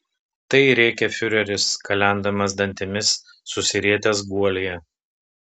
tai rėkė fiureris kalendamas dantimis susirietęs guolyje